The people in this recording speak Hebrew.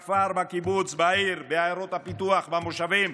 בכפר, בקיבוץ, בעיר, בעיירות הפיתוח, במושבים.